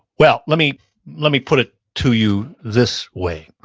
well, let me let me put it to you this way.